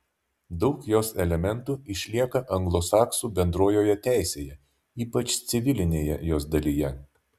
daug jos elementų išlieka anglosaksų bendrojoje teisėje ypač civilinėje jos dalyje